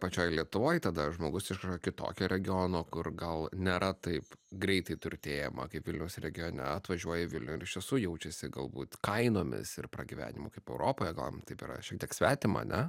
pačioj lietuvoj tada žmogus iš yra kitokio regiono kur gal nėra taip greitai turtėjama kaip vilniaus regione atvažiuoja į vilnių ir iš tiesų jaučiasi galbūt kainomis ir pragyvenimu kaip europoje gal jam taip yra šiek tiek svetima ne